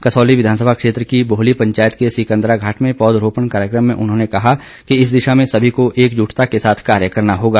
कसौली विधानसभा क्षेत्र की बोहली पंचायत के सिकंदराघाट में पौधरोपण कार्यक्रम में उन्होंने कहा कि इस दिशा में सभी को एकजुटता के साथ कार्य करना होगा